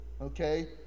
Okay